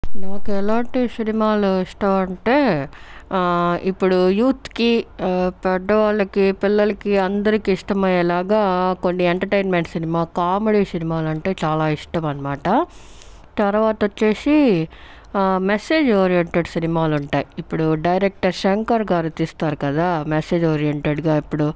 నాకు ఎలాంటి సినిమాలు ఇష్టమంటే ఇప్పుడు యూత్ కి పెద్దవాళ్ళకి పిల్లలకి అందరికీ ఇష్టమయ్యేలాగా కొన్ని ఎంటర్టైన్మెంట్ సినిమా కామెడీ సినిమాలు అంటే చాలా ఇష్టము అనమాట తర్వాత వచ్చేసి మెసేజ్ ఓరియెంటెడ్ సినిమాలు ఉంటాయి ఇప్పుడు డైరెక్టర్ శంకర్ గారు తీస్తారు కదా మెసేజ్ ఓరియెంటెడ్ గా ఇప్పుడు